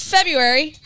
February